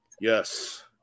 Yes